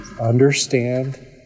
understand